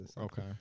Okay